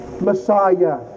Messiah